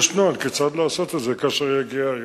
יש נוהל כיצד לעשות את זה כאשר יגיע היום.